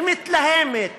שמתלהמת